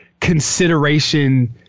consideration